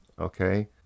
Okay